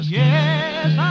yes